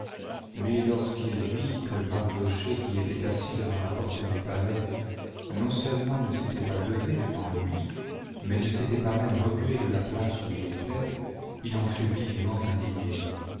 mais lorsqu'il vit que mardochée qui était assis devant la porte du palais non seulement ne s'était pas levé devant lui mais ne s'était pas même remué de la place où il était il en fut vivement indigné